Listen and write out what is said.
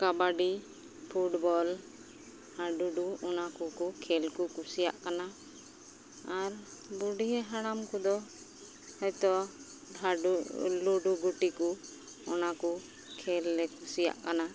kabaddi football ᱦᱟᱼᱰᱩᱼᱰᱩ ᱚᱱᱟᱠᱚ ᱠᱷᱮᱞᱠᱚ ᱠᱩᱥᱤᱭᱟᱜ ᱠᱟᱱᱟ ᱟᱨ ᱵᱩᱰᱷᱤ ᱦᱟᱲᱟᱢ ᱠᱚᱫᱚ ᱦᱚᱭᱛᱚ ᱵᱟᱼᱰᱩᱼᱰᱩ ᱜᱩᱴᱤᱠᱚ ᱚᱱᱟᱠᱚ ᱠᱷᱮᱞ ᱞᱮ ᱠᱩᱥᱤᱭᱟᱜ ᱠᱟᱱᱟ